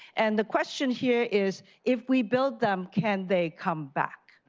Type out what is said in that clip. and the question here is, if we built them, can they come back?